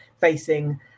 facing